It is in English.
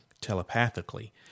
telepathically